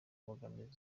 mbogamizi